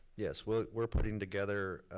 yes, we're we're putting together,